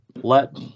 let